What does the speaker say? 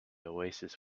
oasis